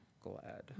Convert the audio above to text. glad